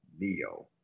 Neo